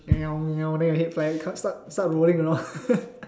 then your head fly st~ start start rolling around